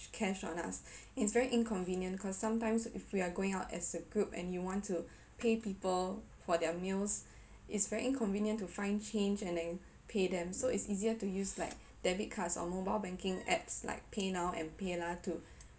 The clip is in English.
cash on us it's very inconvenient cause sometimes if we are going out as a group and you want to pay people for their meals its very inconvenient to find change and then pay them so it's easier to use like debit cards or mobile banking apps like paynow and paylah to